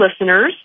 listeners